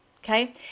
Okay